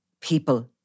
people